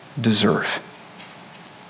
deserve